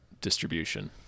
distribution